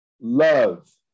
love